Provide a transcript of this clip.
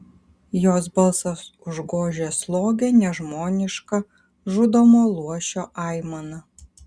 jos balsas užgožė slogią nežmonišką žudomo luošio aimaną